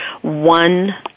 one